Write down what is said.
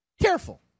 careful